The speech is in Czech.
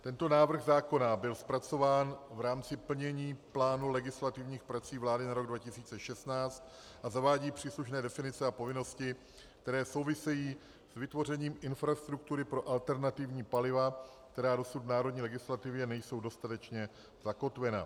Tento návrh zákona byl zpracován v rámci plnění plánu legislativních prací vlády na rok 2016 a zavádí příslušné definice a povinnosti, které souvisejí s vytvořením infrastruktury pro alternativní paliva, která dosud v národní legislativě nejsou dostatečně zakotvena.